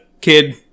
kid